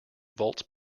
volts